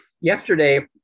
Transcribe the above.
Yesterday